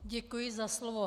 Děkuji za slovo.